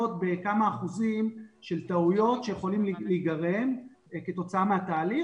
בכמה אחוזים של טעויות שיכולות להיגרם כתוצאה מהתהליך,